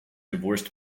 divorced